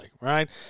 right